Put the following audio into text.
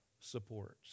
supports